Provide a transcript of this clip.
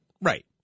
right